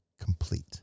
complete